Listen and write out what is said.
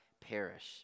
perish